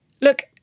Look